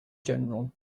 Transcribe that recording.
general